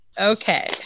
Okay